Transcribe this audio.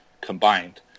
combined